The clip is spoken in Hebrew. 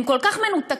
הם כל כך מנותקים,